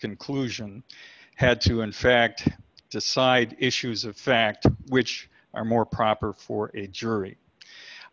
conclusion had to in fact decide issues of fact which are more proper for a jury